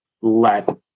let